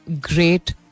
great